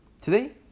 Today